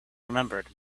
remembered